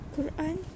Quran